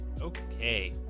Okay